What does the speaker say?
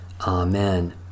Amen